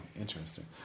Interesting